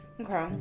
okay